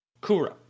Kura